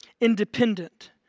independent